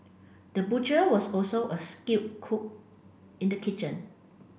the butcher was also a skilled cook in the kitchen